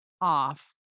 off